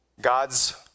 God's